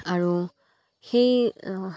আৰু সেই